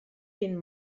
den